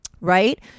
right